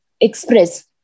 express